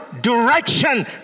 Direction